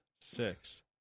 six